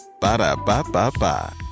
Ba-da-ba-ba-ba